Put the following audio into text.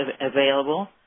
available